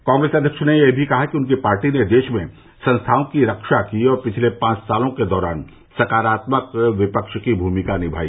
कांग्रेस अध्यक्ष ने यह भी कहा कि उनकी पार्टी ने देश में संस्थाओं की रक्षा की और पिछले पांच सालों के दौरान सकारात्मक विपक्ष की भूमिका निभाई